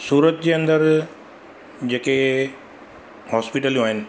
सूरत जे अंदरु जेके हॉस्पिटलियूं आहिनि